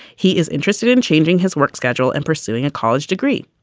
he is interested in changing his work schedule and pursuing a college degree.